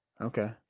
Okay